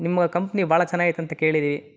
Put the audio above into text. ನಿಮ್ಮ ಕಂಪ್ನಿ ಭಾಳ ಚೆನ್ನಾಗೈತ್ ಅಂತ ಕೇಳಿದ್ದೀವಿ